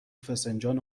فسنجان